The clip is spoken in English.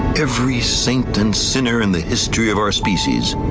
every saint and sinner in the history of our species,